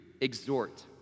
exhort